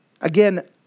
Again